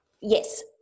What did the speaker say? Yes